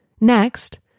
Next